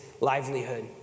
livelihood